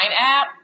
app